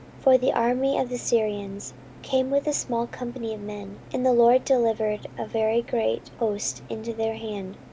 for the army of the syrians came with a small company of men, and the lord delivered a very great host into their hand,